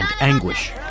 anguish